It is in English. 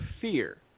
fear